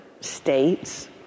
States